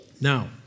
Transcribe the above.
Now